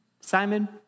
Simon